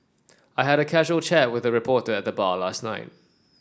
I had a casual chat with a reporter at the bar last night